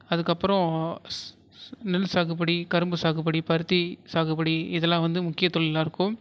அதுக்கப்புறம் நெல் சாகுபடி கரும்பு சாகுபடி பருத்தி சாகுபடி இதெல்லாம் வந்து முக்கிய தொழிலாகருக்கும்